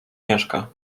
mieszka